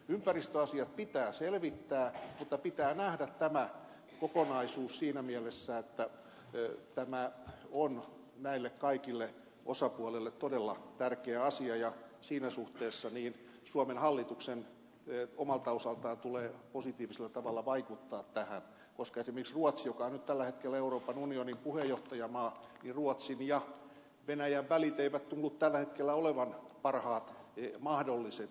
ympäristöasiat pitää selvittää mutta pitää nähdä tämä kokonaisuus siinä mielessä että tämä on näille kaikille osapuolille todella tärkeä asia ja siinä suhteessa suomen hallituksen omalta osaltaan tulee positiivisella tavalla vaikuttaa tähän koska esimerkiksi ruotsin joka on nyt tällä hetkellä euroopan unionin puheenjohtajamaa ja venäjän välit eivät tunnu tällä hetkellä olevan parhaat mahdolliset